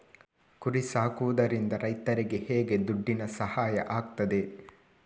ಕುರಿ ಸಾಕುವುದರಿಂದ ರೈತರಿಗೆ ಹೇಗೆ ದುಡ್ಡಿನ ಸಹಾಯ ಆಗ್ತದೆ?